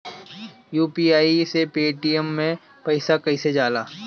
UPI से Paytm मे पैसा कइसे जाला?